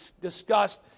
discussed